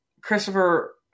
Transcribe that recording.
Christopher